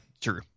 true